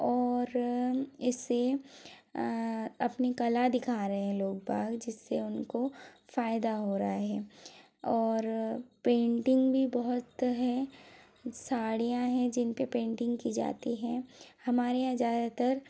और इसे अपनी कला दिखा रहे हैं लोग बाग जिससे उनको फ़ायदा हो रहा है और पेंटिंग भी बहुत हैं साड़ियाँ हैं जिन पर पेंटिंग की जाती हैं हमारे यहाँ ज़्यादातर